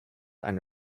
eine